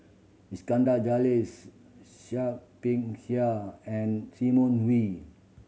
Iskandar Seah Peck Seah and Simon Wee